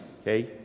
okay